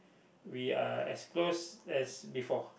we are as close as before